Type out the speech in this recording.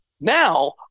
Now